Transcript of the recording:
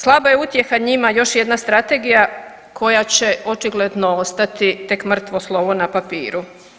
Slaba je utjeha njima još jedna strategija koja će očigledno ostati tek mrtvo slovo na papiru.